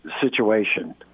situation